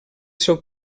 seu